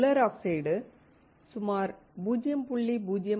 உலர் ஆக்சைடு சுமார் 0